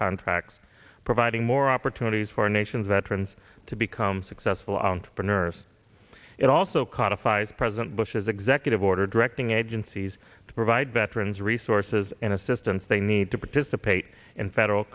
contracts providing more opportunities for nation's veterans to become successful entrepreneurs it also codified president bush's executive order directing agencies to provide veterans resources and assistance they need to participate in federal